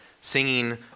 singing